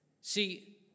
See